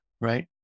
right